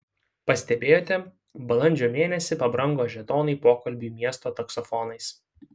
pastebėjote balandžio mėnesį pabrango žetonai pokalbiui miesto taksofonais